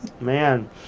man